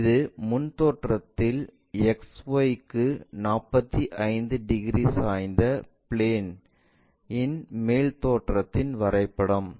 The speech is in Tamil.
இது முன் தோற்றத்தில் XY க்கு 45 டிகிரி சாய்ந்த பிளேன் இன் மேல் தோற்றத்தின் வரைபடம்